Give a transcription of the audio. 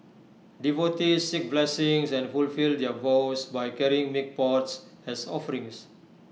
devotees seek blessings and fulfil their vows by carrying milk pots as offerings